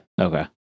Okay